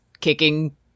kicking